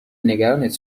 نگرانت